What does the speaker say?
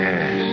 Yes